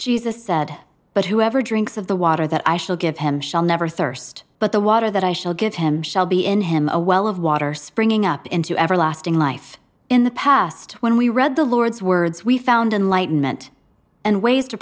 jesus said but whoever drinks of the water that i shall give him shall never thirst but the water that i shall give him shall be in him a well of water springing up into everlasting life in the past when we read the lord's words we found in light meant and wa